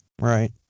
Right